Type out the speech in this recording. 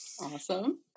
Awesome